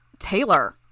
Taylor